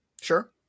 Sure